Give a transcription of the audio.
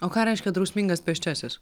o ką reiškia drausmingas pėsčiasis